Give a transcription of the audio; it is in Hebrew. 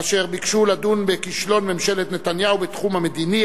אשר ביקשו לדון בכישלון ממשלת נתניהו בתחום המדיני,